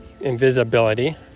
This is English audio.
invisibility